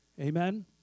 Amen